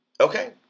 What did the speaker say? Okay